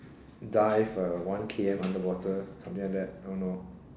dive uh one K_M underwater something like that I don't know